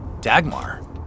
Dagmar